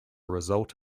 result